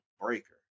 Breaker